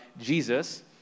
Jesus